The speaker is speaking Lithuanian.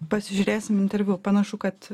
pasižiūrėsim interviu panašu kad